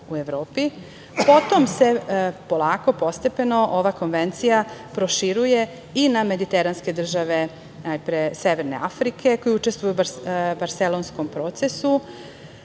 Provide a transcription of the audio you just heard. u Evropi. Potom se polako, postepeno ova konvencija proširuje i na mediteranske države najpre Severne Afrike koji učestvuju u Barselonskom procesu.